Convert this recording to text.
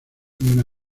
una